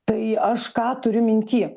tai aš ką turiu minty